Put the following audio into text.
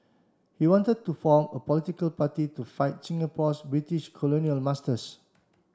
he wanted to form a political party to fight Singapore's British colonial masters